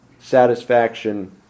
satisfaction